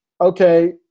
okay